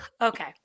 Okay